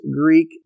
greek